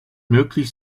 möglich